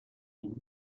ﮐﺸﯿﺪﯾﻢ